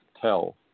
tell